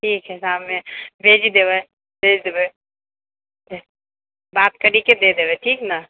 ठीक है शाममे भेजी देबए भेज देबए बात करिके दए देबए ठीक ने